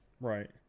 Right